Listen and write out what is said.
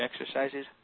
exercises